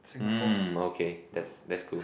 mm okay that's that's cool